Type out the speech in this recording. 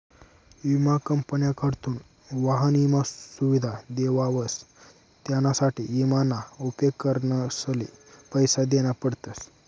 विमा कंपन्यासकडथून वाहन ईमा सुविधा देवावस त्यानासाठे ईमा ना उपेग करणारसले पैसा देना पडतस